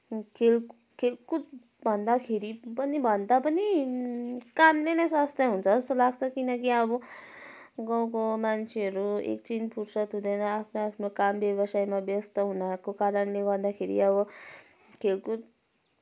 खेल खेलकुद भन्दाखेरि पनि भन्दा पनि कामले नै स्वास्थ्य हुन्छ हौ जस्तो लाग्छ किनकि अब गाउँको मान्छेहरू एकछिन फुर्सद हुँदैन आफ्नो आफ्नो काम व्यवसायमा व्यस्त हुनाको कारणले गर्दाखेरि अब खेलकुद